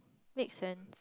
make